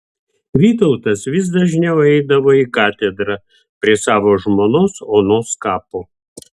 vytautas vis dažniau eidavo į katedrą prie savo žmonos onos kapo